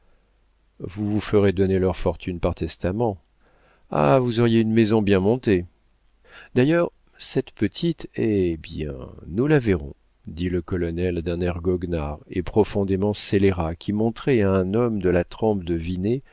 vous vous ferez donner leur fortune par testament ah vous auriez une maison bien montée d'ailleurs cette petite hé bien nous la verrons dit le colonel d'un air goguenard et profondément scélérat qui montrait à un homme de la trempe de